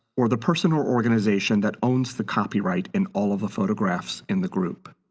or the person or organization that owns the copyright in all of the photographs in the group.